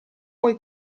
puoi